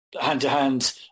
hand-to-hand